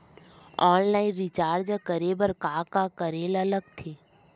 Online recharge करे बर का का करे ल लगथे?